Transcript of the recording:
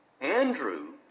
Andrew